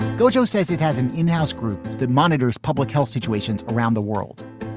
gojo says it has an in-house group that monitors public health situations around the world.